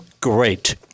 great